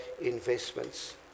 investments